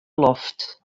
loft